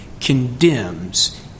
condemns